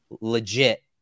legit